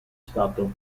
stato